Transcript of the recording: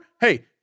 Hey